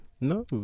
no